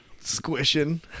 squishing